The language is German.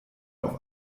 auf